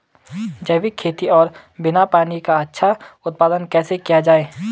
जैविक खेती और बिना पानी का अच्छा उत्पादन कैसे किया जाए?